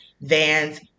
vans